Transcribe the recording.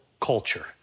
culture